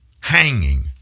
hanging